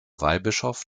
weihbischof